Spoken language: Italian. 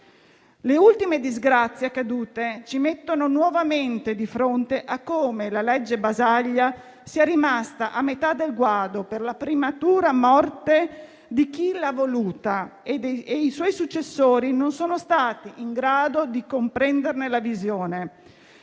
Le ultime disgrazie accadute ci mettono nuovamente di fronte a come la legge Basaglia sia rimasta a metà del guado per la prematura morte di chi l'ha voluta e i suoi successori non sono stati in grado di comprenderne la visione.